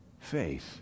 faith